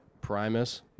Primus